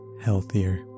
healthier